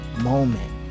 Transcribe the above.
moment